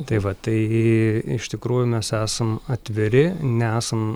tai va tai iš tikrųjų mes esam atviri nesam